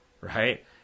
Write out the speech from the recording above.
Right